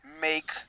make